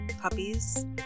puppies